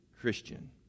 Christian